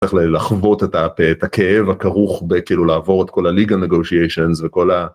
לחוות את הכאב הכרוך בכאילו לעבור את כל ה legal negotiation וכל ה...